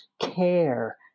care